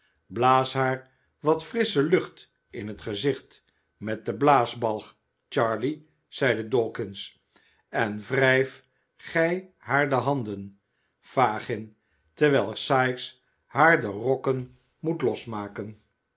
blaas haar wat frissche lucht in t gezicht met den blaasbalg charley zeide dawkins en wrijf gij haar de handen fagin terwijl sikes haar de rokken moet losmaken